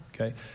okay